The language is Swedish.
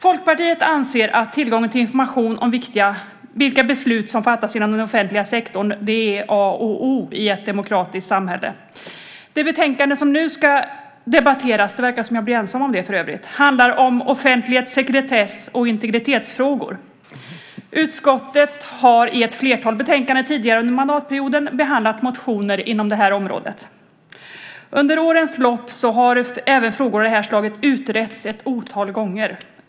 Folkpartiet anser att tillgången till information om vilka beslut som fattas inom den offentliga sektorn är A och O i ett demokratiskt samhälle. Det betänkande som nu ska debatteras - det verkar för övrigt som att jag blir ensam - handlar om offentlighet, sekretess och integritetsfrågor. Utskottet har i ett flertal betänkanden tidigare under mandatperioden behandlat motioner inom det här området. Under årens lopp har frågor av det här slaget utretts ett otal gånger.